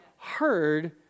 heard